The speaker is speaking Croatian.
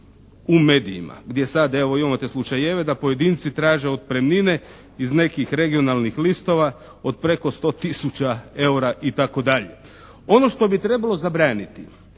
U medijima gdje sad, evo, imamo te slučajeve da pojedinci traže otpremnine iz nekih regionalnih listova od preko 100 tisuća eura, itd. Ono što bi trebalo zabraniti